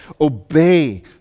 Obey